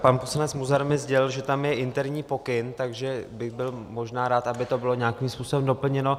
Pan poslanec Munzar mi sdělil, že tam je interní pokyn, takže bych byl možná rád, aby to bylo nějakým způsobem doplněno.